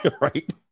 right